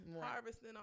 harvesting